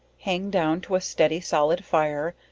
hang down to a steady solid fire,